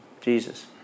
Jesus